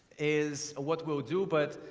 is what we'll do but